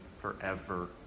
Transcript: Forever